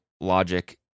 Logic